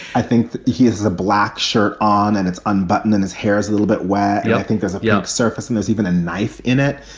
i think he is a black shirt on and it's unbuttoned and his hair is a little bit where yeah i think there's a yeah surface and there's even a knife in it.